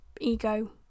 ego